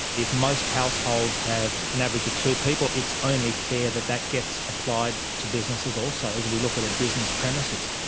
if most households have an average of two people, it's only fair that that gets applied to businesses also. as we look at a business premises,